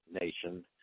nation